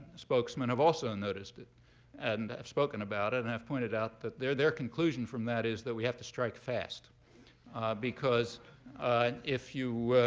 spokesmen have also noticed it and have spoken about it and have pointed out that their their conclusion from that is that we have to strike fast because you know